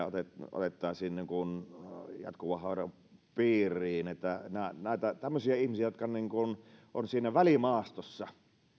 otettaisiin niin kuin jatkuvan hoidon piiriin näitä tämmöisiä ihmisiä jotka ovat niin kuin siinä välimaastossa